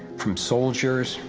from soldiers,